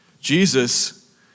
Jesus